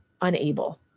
unable